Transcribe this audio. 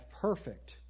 perfect